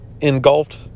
engulfed